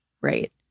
right